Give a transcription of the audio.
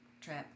trip